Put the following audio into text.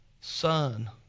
Son